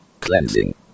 cleansing